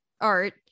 art